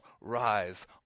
rise